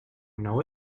know